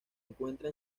encuentra